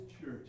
church